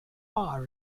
are